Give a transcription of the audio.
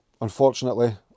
Unfortunately